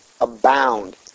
abound